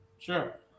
Sure